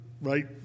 right